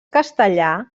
castellà